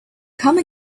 come